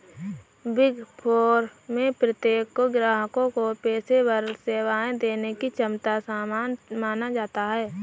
big four में प्रत्येक को ग्राहकों को पेशेवर सेवाएं देने की क्षमता में समान माना जाता है